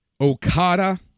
Okada